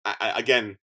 again